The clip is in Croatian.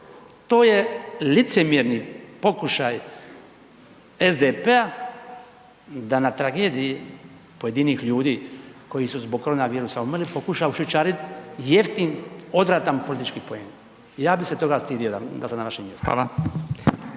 To je licemjerni pokušaj SDP-a da na tragediji pojedinih ljudi koji su zbog koronavirusa umrli, pokušali ušićariti jeftin, odvratan politički poen. Ja bih se toga stidio da sam na vašem mjestu.